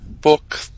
book